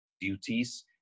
duties